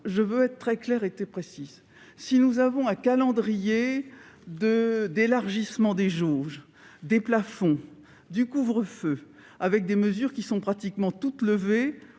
Je veux être très claire et précise : même si nous avons un calendrier d'élargissement des jauges, des plafonds et de l'heure du couvre-feu, avec des mesures qui seront pratiquement toutes levées